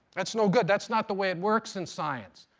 that's no good. that's not the way it works in science.